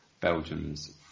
Belgium's